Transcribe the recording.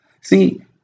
See